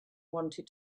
wanted